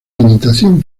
limitación